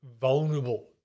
vulnerable